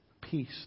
peace